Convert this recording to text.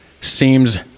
Seems